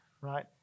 right